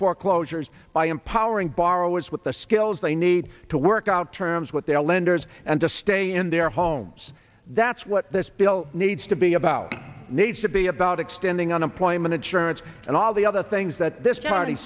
foreclosures by empowering borrowers with the skills they need to work out terms with their lenders and to stay in their homes that's what this bill needs to be about needs to be about extending unemployment insurance and all the other things that this